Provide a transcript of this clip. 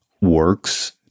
works